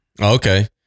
okay